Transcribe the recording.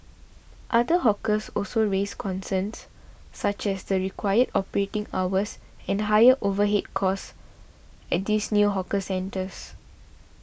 other hawkers also raised concerns such as the required operating hours and higher overhead costs at these new hawker centres